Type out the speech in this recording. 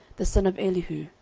the son of elihu,